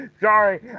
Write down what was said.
Sorry